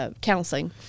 counseling